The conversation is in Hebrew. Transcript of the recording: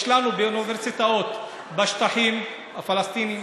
יש לנו אוניברסיטאות בשטחים הפלסטיניים,